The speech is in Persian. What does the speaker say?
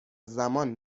زمان